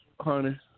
honey